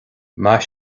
maith